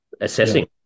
assessing